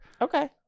okay